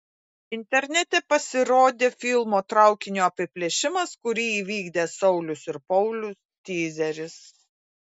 internete pasirodė filmo traukinio apiplėšimas kurį įvykdė saulius ir paulius tyzeris